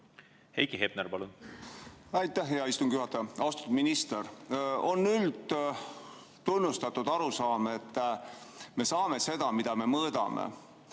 Heiki Hepner, palun! Aitäh, hea istungi juhataja! Austatud minister! On üldtunnustatud arusaam, et me saame seda, mida me mõõdame.